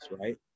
Right